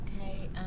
Okay